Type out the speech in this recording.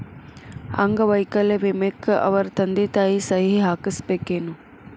ಅಂಗ ವೈಕಲ್ಯ ವಿಮೆಕ್ಕ ಅವರ ತಂದಿ ತಾಯಿ ಸಹಿ ಹಾಕಸ್ಬೇಕೇನು?